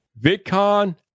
VidCon